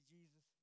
Jesus